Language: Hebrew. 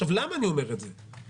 למה אני אומר את זה?